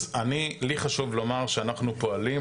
אז לי חשוב לומר שאנחנו פועלים,